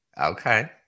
Okay